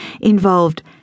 involved